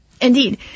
Indeed